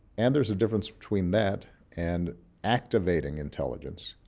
and there's a difference between that and activating intelligence,